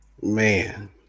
Man